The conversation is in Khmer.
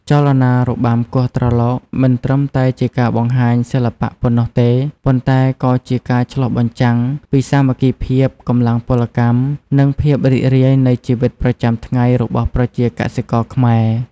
ចលនារបាំគោះត្រឡោកមិនត្រឹមតែជាការបង្ហាញសិល្បៈប៉ុណ្ណោះទេ ប៉ុន្តែក៏ជាការឆ្លុះបញ្ចាំងពីសាមគ្គីភាព កម្លាំងពលកម្ម និងភាពរីករាយនៃជីវិតប្រចាំថ្ងៃរបស់ប្រជាកសិករខ្មែរ។